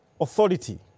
authority